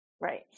Right